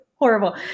Horrible